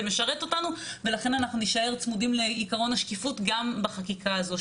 זה משרת אותנו ולכן אנחנו נישאר צמודים לעיקרון השקיפות גם בחקיקה הזו.